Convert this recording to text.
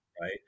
Right